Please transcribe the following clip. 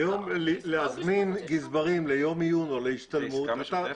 היום להזמין גזברים ליום עיון או להשתלמות אתה --- זו עסקה משותפת?